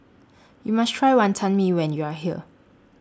YOU must Try Wonton Mee when YOU Are here